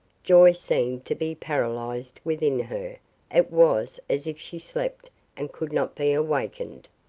joy seemed to be paralyzed within her it was as if she slept and could not be awakened.